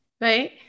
right